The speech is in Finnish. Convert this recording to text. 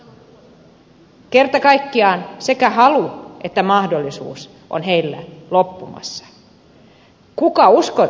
kerta kaikkiaan sekä halu että mahdollisuus on heillä loppumassa